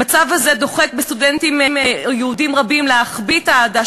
המצב הזה דוחק סטודנטים יהודים רבים להחביא את האהדה